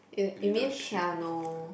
leadership that kind